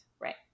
Right